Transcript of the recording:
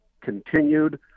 continued